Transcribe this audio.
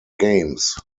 games